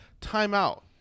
timeout